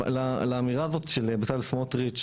לאמירה הזאת של בצלאל סמוטריץ,